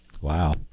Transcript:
Wow